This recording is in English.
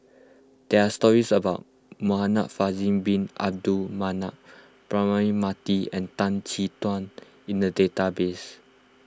there are stories about Muhamad Faisal Bin Abdul Manap Braema Mathi and Tan Chin Tuan in the database